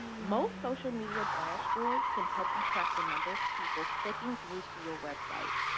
most social media dashboards can help you track the number of people clicking through to your website.